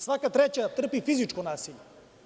Svaka treća trpi fizičko nasilje.